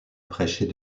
prêcher